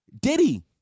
Diddy